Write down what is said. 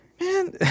man